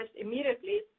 immediately